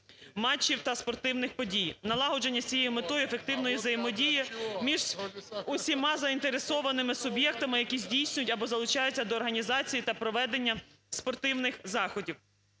матчів та спортивних подій, налагодження з цією метою ефективної взаємодії між усіма заінтересованими суб'єктами, які здійснюють або залучаються до організації та проведення спортивних заходів.